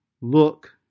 look